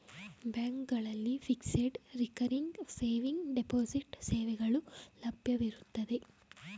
ಬ್ಯಾಂಕ್ಗಳಲ್ಲಿ fixed, recurring saving, deposit ಸೇವೆಗಳು ಲಭ್ಯವಿರುತ್ತವೆ